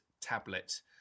tablet